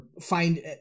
find